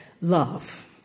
Love